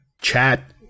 chat